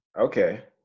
Okay